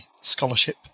scholarship